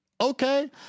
okay